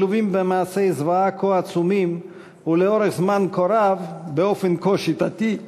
מלווים במעשי זוועה כה עצומים ולאורך זמן כה רב באופן כה שיטתי,